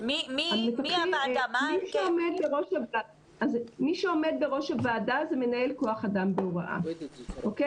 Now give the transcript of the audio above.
מי שעומד בראש הוועדה זה מנהל כוח אדם בהוראה במחוז.